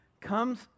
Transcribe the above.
comes